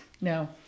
No